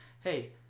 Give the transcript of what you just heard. hey